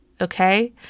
Okay